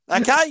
Okay